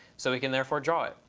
so we can therefore draw it.